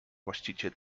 właściciel